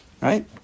Right